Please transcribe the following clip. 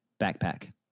backpack